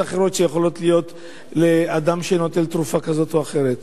אחרות שיכולות להיות לאדם שנוטל תרופה כזאת או אחרת.